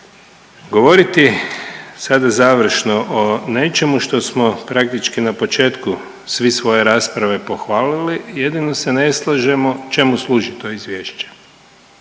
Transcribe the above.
Govoriti sada završno o nečemu što smo praktički na početku svi svoje rasprave pohvalili, jedino se ne slažemo čemu služi to izvješće,